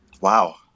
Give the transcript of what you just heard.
Wow